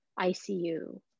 ICU